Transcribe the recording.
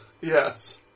Yes